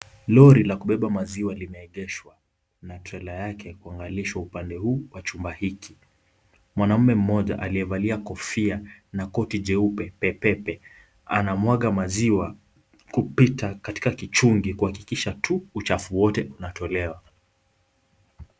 Lori la kubeba maziwa limeegeshwa na trela yake kuangalishwa upande huu wa chumba hiki. Mwanaume mmoja aliyevalia kofia na koti jeupe pepepe anamwaga maziwa kupita katika kuchungi kuhakikisha tu uchafu wote unatolewa.